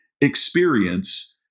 experience